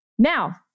Now